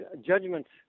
Judgments